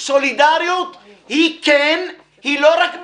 סולידריות היא לא רק במילים.